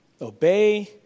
obey